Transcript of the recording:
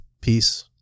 peace